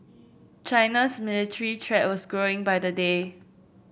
China's military threat was growing by the day